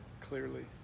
clearly